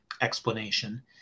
explanation